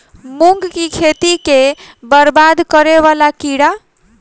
मूंग की खेती केँ बरबाद करे वला कीड़ा?